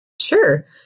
Sure